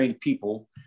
people